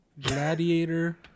Gladiator